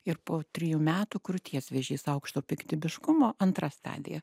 ir po trijų metų krūties vėžys aukšto piktybiškumo antra stadija